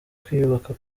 kwiyubaka